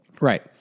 right